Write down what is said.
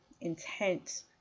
intent